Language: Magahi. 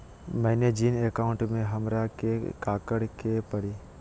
मैंने जिन अकाउंट में हमरा के काकड़ के परी?